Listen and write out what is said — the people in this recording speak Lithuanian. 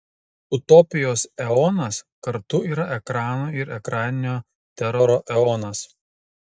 utopijos eonas kartu yra ekrano ir ekraninio teroro eonas